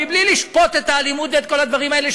בלי לשפוט את האלימות ואת כל הדברים האלה,